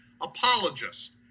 apologist